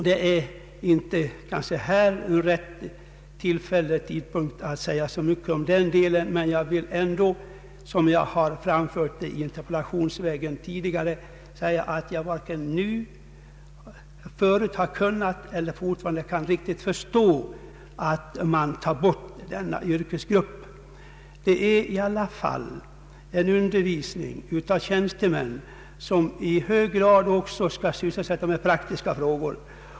Här är kanske inte rätt tillfälle och tidpunkt att säga så mycket om den delen, men jag vill — och det har jag även tidigare framfört motionsvägen — säga att jag förut inte har kunnat och fortfarande inte riktigt kan förstå, att man tar bort denna yrkesgrupp. Det gäller dock här undervisning av tjänstemän, som i hög grad också skall sysselsättas med praktiska frågor.